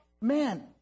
man